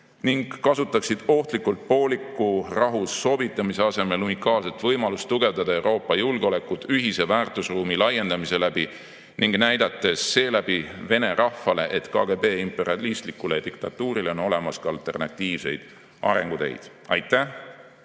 ning kasutaksid ohtlikult pooliku rahu sobitamise asemel unikaalset võimalust tugevdada Euroopa julgeolekut ühise väärtusruumi laiendamise kaudu ning näidates seeläbi Vene rahvale, et KGB imperialistlikule diktatuurile on olemas ka alternatiivseid arenguteid. Aitäh!